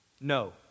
No